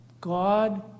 God